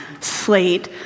slate